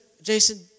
Jason